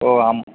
ஓ ஆம்